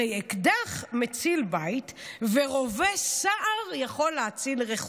הרי אקדח מציל בית ורובה סער יכול להציל רחוב.